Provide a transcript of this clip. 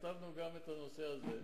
כתבנו גם את הנושא הזה.